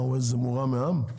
מה, הוא מורם מעם?